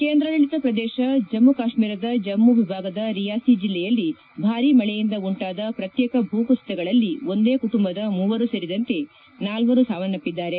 ಕೇಂದ್ರಾಡಳಿತ ಪ್ರದೇಶ ಜಮ್ನು ಕಾಶ್ತೀರದ ಜಮ್ನು ವಿಭಾಗದ ರಿಯಾಸಿ ಜಿಲ್ಲೆಯಲ್ಲಿ ಭಾರೀ ಮಳೆಯಿಂದ ಉಂಟಾದ ಪ್ರತ್ಯೇಕ ಭೂಕುಸಿತಗಳಲ್ಲಿ ಒಂದೇ ಕುಟುಂಬದ ಮೂವರು ಸೇರಿದಂತೆ ನಾಲ್ವರು ಸಾವನ್ನಪ್ಪಿದ್ದಾರೆ